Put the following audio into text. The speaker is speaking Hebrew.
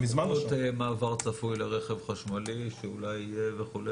מעבר צפוי לרכב חשמלי שאולי יהיה וכו',